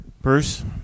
Bruce